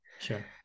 sure